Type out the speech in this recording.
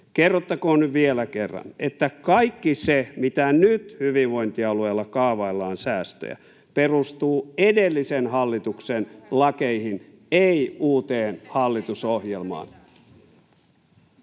Kerrottakoon nyt vielä kerran, että kaikki se, mitä nyt hyvinvointialueilla kaavaillaan säästöjä, perustuu edellisen hallituksen lakeihin, ei uuteen hallitusohjelmaan.